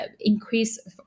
increase